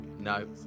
No